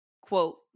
quote